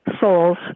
souls